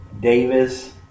Davis